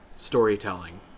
storytelling